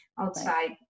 outside